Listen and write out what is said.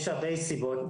יש הרבה סיבות.